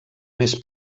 més